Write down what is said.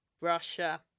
Russia